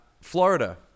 Florida